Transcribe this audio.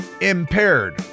impaired